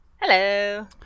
Hello